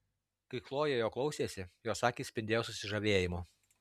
kai chlojė jo klausėsi jos akys spindėjo susižavėjimu